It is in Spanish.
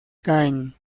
caen